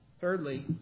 Thirdly